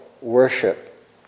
worship